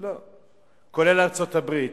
לא, כולל ארצות-הברית.